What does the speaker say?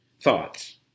thoughts